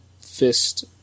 fist